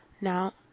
Now